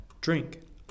drink